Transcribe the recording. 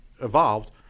evolved